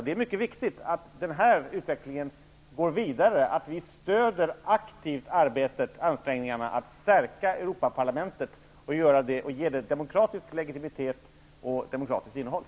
Det är mycket viktigt att den här utvecklingen fortsätter, att vi aktivt stöder ansträngningarna att stärka Europaparlamentet och att ge det en demokratisk legitimitet och ett demokratiskt innehåll.